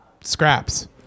scraps